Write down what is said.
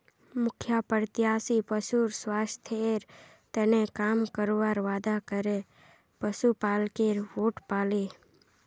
मुखिया प्रत्याशी पशुर स्वास्थ्येर तने काम करवार वादा करे पशुपालकेर वोट पाले